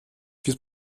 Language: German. wird